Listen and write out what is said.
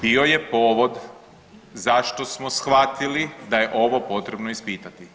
Bio je povod zašto smo shvatili da je ovo potrebno ispitati.